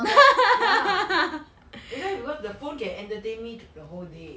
ya ya and that's because the phone can entertain me the whole day